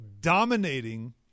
dominating